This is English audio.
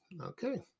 Okay